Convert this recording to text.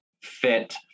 fit